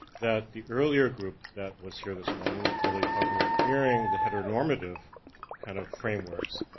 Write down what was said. that the earlier group that was here this morning, was really talking about queering the heteronormative kind of frameworks,